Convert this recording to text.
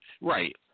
right